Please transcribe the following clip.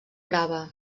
brava